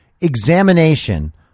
examination